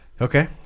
Okay